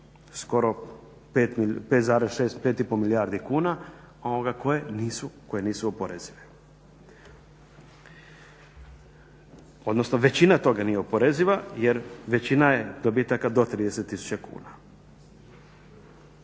skoro 5,6, 5,5 milijardi kuna koje nisu oporezive. Odnosno većina toga nije oporeziva jer većina je dobitaka do 30 tisuća kuna.